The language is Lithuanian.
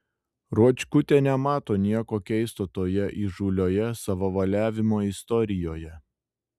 ruočkutė nemato nieko keisto toje įžūlioje savavaliavimo istorijoje